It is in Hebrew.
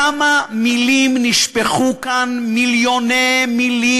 כמה מילים נשפכו כאן, מיליוני מילים.